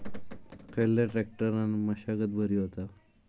खयल्या ट्रॅक्टरान मशागत बरी होता?